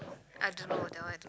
I don't know that one I don't